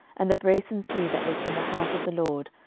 and the brasen sea that was in the house of the lord,